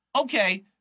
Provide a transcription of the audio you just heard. okay